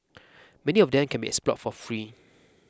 many of them can be explored for free